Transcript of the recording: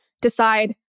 decide